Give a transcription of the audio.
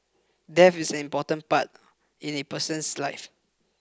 death is an important part in a person's life